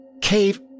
Cave